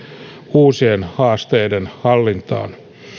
uusien haasteiden hallintaan